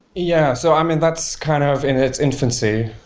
yeah. so i mean, that's kind of in its infancy.